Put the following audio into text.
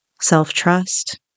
self-trust